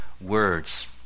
words